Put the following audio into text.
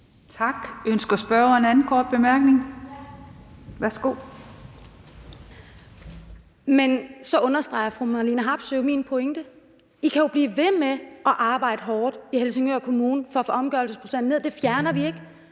Tak. Ønsker spørgeren den anden korte bemærkning? Værsgo. Kl. 09:54 Rosa Eriksen (M): Men så understreger fru Marlene Harpsøe min pointe, for I kan jo blive ved med at arbejde hårdt i Helsingør Kommune for at få omgørelsesprocenten ned. Det fjerner vi ikke.